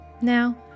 Now